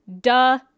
duh